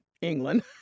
England